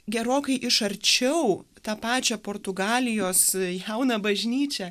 gerokai iš arčiau tą pačią portugalijos jauną bažnyčią